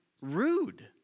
rude